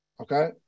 Okay